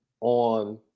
on